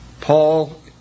Paul